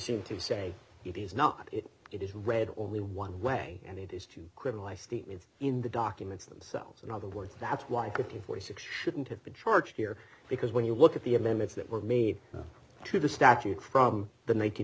seem to say it is not it is read only one way and it is to criminalize statements in the documents themselves in other words that's why the forty six shouldn't have been charged here because when you look at the amendments that were made to the statute from the nine